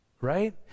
right